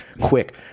Quick